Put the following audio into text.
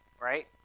right